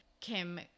Kim